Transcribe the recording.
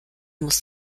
musst